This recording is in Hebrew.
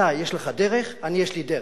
אתה יש לך דרך, אני יש לי דרך.